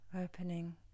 opening